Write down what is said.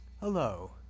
Hello